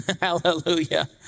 Hallelujah